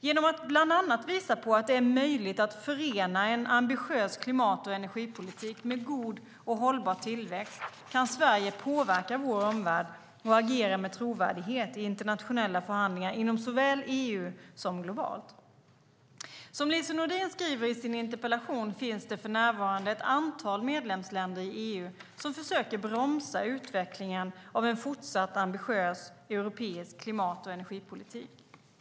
Genom att bland annat visa på att det är möjligt att förena en ambitiös klimat och energipolitik med god och hållbar tillväxt kan vi i Sverige påverka vår omvärld och agera med trovärdighet i internationella förhandlingar inom såväl EU som globalt. Som Lise Nordin skriver i sin interpellation finns det för närvarande ett antal medlemsländer i EU som försöker bromsa utvecklingen av en fortsatt ambitiös europeisk klimat och energipolitik.